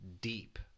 deep